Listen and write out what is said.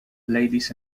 ladies